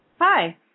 Hi